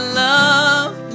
love